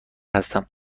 هستم